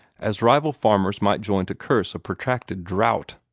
as rival farmers might join to curse a protracted drought.